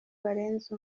barenze